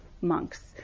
monks